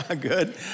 Good